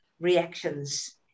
reactions